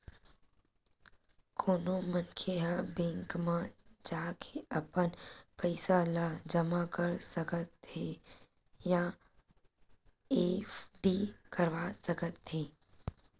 कोनो मनखे ह बेंक म जाके अपन पइसा ल जमा कर सकत हे या एफडी करवा सकत हे